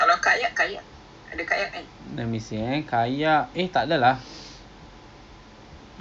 ya so okay lah so nineteen nineteen so which is this sunday right this saturday right